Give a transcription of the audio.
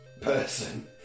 person